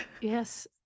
Yes